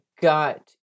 got